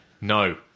No